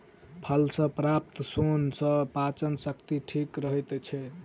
फल सॅ प्राप्त सोन सॅ पाचन शक्ति ठीक रहैत छै